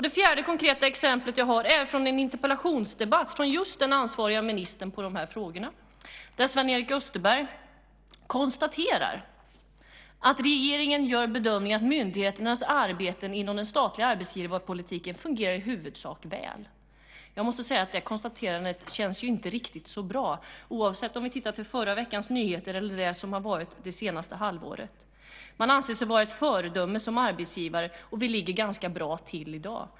Det fjärde konkreta exemplet är från en interpellationsdebatt med just den ansvarige ministern för de här frågorna. Sven-Erik Österberg konstaterade att regeringen gör bedömningen att myndigheternas arbeten inom den statliga arbetsgivarpolitiken fungerar i huvudsak väl. Jag måste säga att det konstaterandet inte känns riktigt så bra, oavsett om vi tittar till förra veckans nyheter eller till det som varit det senaste halvåret. Man anser sig vara ett föredöme som arbetsgivare, och vi ligger ganska bra till i dag.